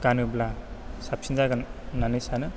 गानोब्ला साबसिन जागोन होननानै सानो